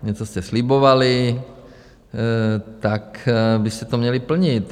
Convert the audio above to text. Něco jste slibovali, tak byste to měli plnit.